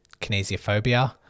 Kinesiophobia